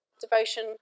Devotion